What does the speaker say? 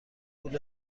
پول